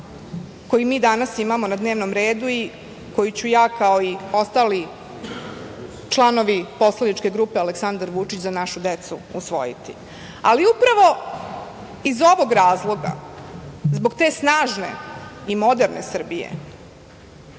koji mi danas imamo na dnevnom redu i koji ću ja, kao i ostali članovi Poslaničke grupe „Aleksandar Vučić – za našu decu“ usvojiti, ali upravo iz ovog razloga, zbog te snažne i moderne Srbije